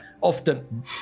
often